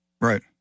Right